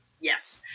Yes